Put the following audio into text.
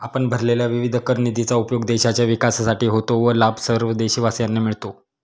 आपण भरलेल्या विविध कर निधीचा उपयोग देशाच्या विकासासाठी होतो व लाभ सर्व देशवासियांना मिळतो